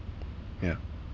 yeah